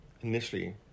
initially